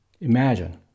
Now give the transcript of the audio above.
Imagine